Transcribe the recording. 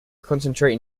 concentrate